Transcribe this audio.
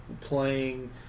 playing